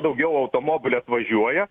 daugiau automobilių atvažiuoja